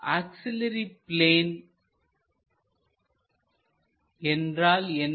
auxiliary plane என்றால் என்ன